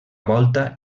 volta